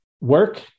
work